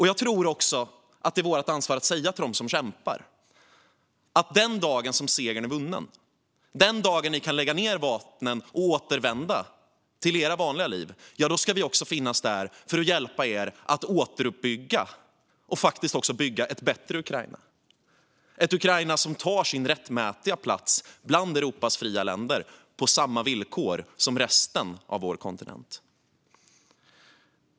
Jag tror också att det är vårt ansvar att säga till dem som kämpar att den dagen som segern är vunnen och de kan lägga ned vapnen och återvända till era vanliga liv ska vi också finnas där för att hjälpa dem att återuppbygga och bygga ett bättre Ukraina - ett Ukraina som tar sin rättmätiga plats bland Europas fria länder på samma villkor som resten av vår kontinent.